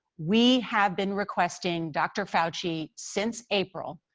we have been requesting dr. fauci since april,